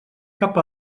cap